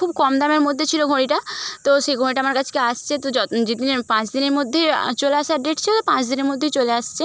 খুব কম দামের মধ্যে ছিলো ঘড়িটা তো সেই ঘড়িটা আমার আসছে তো যেদিনের পাঁচ দিনের মধ্যেই চলে আসার ডেট ছিলো তো পাঁচ দিনের মধ্যেই চলে আসছে